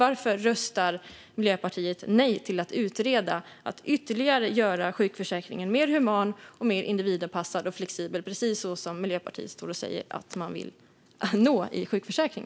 Varför röstar Miljöpartiet nej till att utreda att ytterligare göra sjukförsäkringen mer human och mer individanpassad och flexibel - precis det som Miljöpartiet står och säger att man vill uppnå?